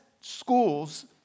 schools